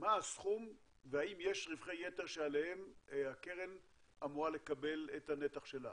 מה הסכום והאם יש רווחי יתר שעליהם הקרן אמורה לקבל את הנתח שלה.